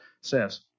says